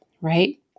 right